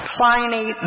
Pliny